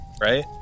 Right